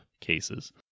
cases